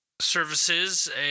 services